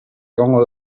egongo